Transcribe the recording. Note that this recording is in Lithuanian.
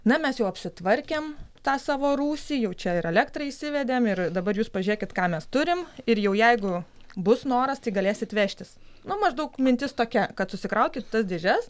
na mes jau apsitvarkėm tą savo rūsį jau čia ir elektrą įsivedėm ir dabar jūs pažėkit ką mes turim ir jau jeigu bus noras tai galėsit vežtis nu maždaug mintis tokia kad susikraukit tas dėžes